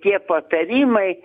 tie patarimai